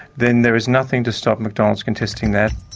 then there is nothing to stop mcdonald's contesting that.